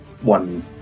one